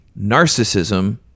narcissism